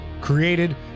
created